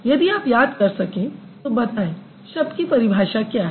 यदि आप याद कर सकें तो बताएं शब्द की परिभाषा क्या है